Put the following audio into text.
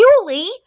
Julie